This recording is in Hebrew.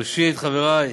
ראשית, חברי,